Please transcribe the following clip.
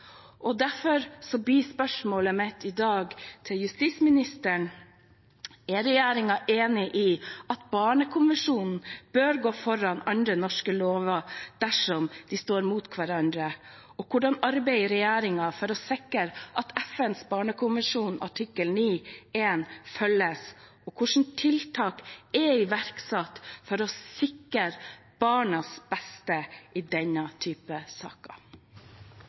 Og derfor blir spørsmålet mitt i dag til justisministeren: Er regjeringen enig i at barnekonvensjonen bør gå foran andre norske lover dersom de står mot hverandre? Hvordan arbeider regjeringen for å sikre at FNs barnekonvensjon artikkel 9-1 følges? Og hvilke tiltak er iverksatt for å sikre barnas beste i denne typen saker?